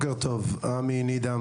עמי נידם,